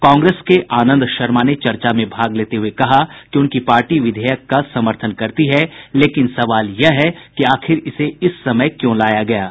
कांग्रेस के आनंद शर्मा ने चर्चा में भाग लेते हुए कहा कि उनकी पार्टी विधेयक का समर्थन करती है लेकिन सवाल यह है कि आखिर इसे इस समय क्यों लाया गया है